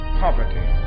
poverty